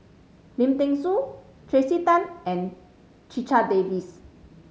Lim Thean Soo Tracey Tan and Checha Davies